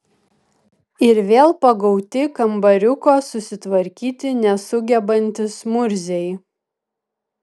ir vėl pagauti kambariuko susitvarkyti nesugebantys murziai